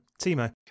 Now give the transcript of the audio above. Timo